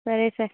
సరే సార్